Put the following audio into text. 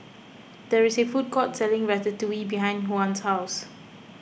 there is a food court selling Ratatouille behind Juan's house